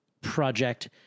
project